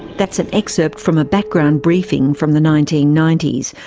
that's an excerpt from a background briefing from the nineteen ninety s.